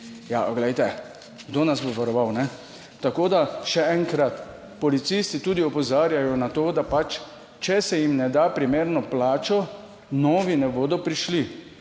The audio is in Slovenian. Ja, glejte, kdo nas bo varoval, kajne? Tako, da še enkrat, policisti tudi opozarjajo na to, da pač, če se jim ne da primerno plačo, novi ne bodo prišli